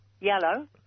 Yellow